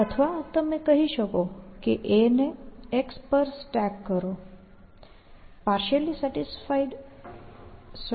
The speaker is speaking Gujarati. અથવા તમે કહી શકો A ને x પર સ્ટેક કરો